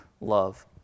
love